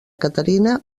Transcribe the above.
caterina